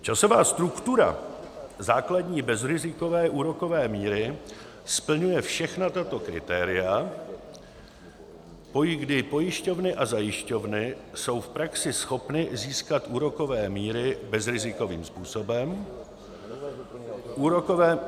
Časová struktura základní bezrizikové úrokové míry splňuje všechna tato kritéria, kdy pojišťovny a zajišťovny jsou v praxi schopny získat úrokové míry bezrizikovým způsobem; úrokové...